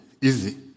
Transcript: Easy